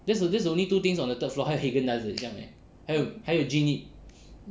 that's the that's the only two things on the third floor 还有 Haagen Dazs 而已这样而已还有 Jean Yip